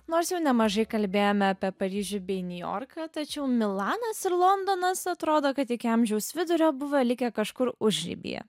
nors jau nemažai kalbėjome apie paryžių bei niujorką tačiau milanas ir londonas atrodo kad iki amžiaus vidurio buvo likę kažkur užribyje